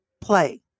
play